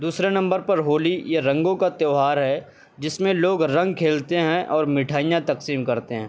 دوسرے نمبر پر ہولی یہ رنگوں کا تہوار ہے جس میں لوگ رنگ کھیلتے ہیں اور میٹھائیاں تقسیم کرتے ہیں